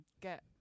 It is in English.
get